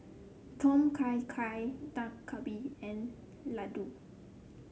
Tom Kha Gai Dak Galbi and Ladoo